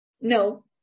No